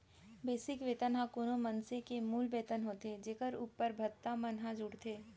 basic वेतन ह कोनो मनसे के मूल वेतन होथे जेखर उप्पर भत्ता मन ह जुड़थे